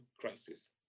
crisis